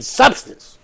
substance